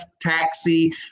taxi